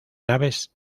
naves